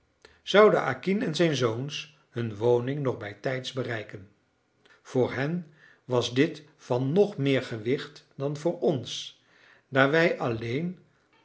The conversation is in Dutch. zouden acquin en zijn zoons hun woning nog bijtijds bereiken voor hen was dit van nog meer gewicht dan voor ons daar wij alleen